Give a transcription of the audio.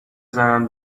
بزنن